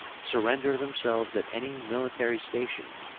surrender themselves at any military station,